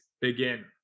begin